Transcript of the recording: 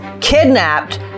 kidnapped